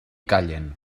callen